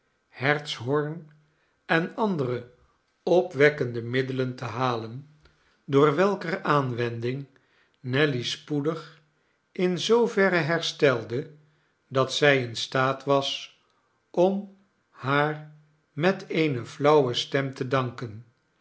hertshoorn en andere opwekkende middelen te halen door welker aanwending nelly spoedig in zooverre herstelde dat zij in staat was om haar met eene flauwe stem te danken